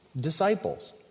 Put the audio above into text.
disciples